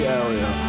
area